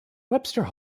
webster